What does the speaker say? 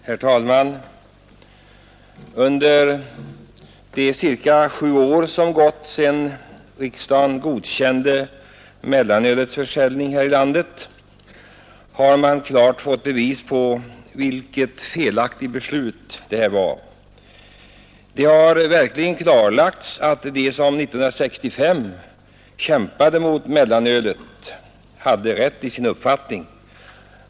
Herr talman! Under de cirka sju år som gått sedan riksdagen godkände försäljning av mellanöl här i landet har man fått klara bevis på vilket felaktigt beslut detta var. Det har verkligen klarlagts att de som 1965 kämpade mot mellanölet har rätt i sin uppfattning.